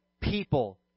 people